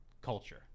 culture